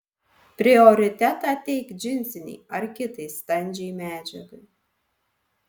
prioritetą teik džinsinei ar kitai standžiai medžiagai